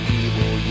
evil